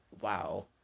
Wow